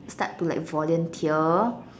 start to like volunteer